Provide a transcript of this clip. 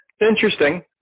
interesting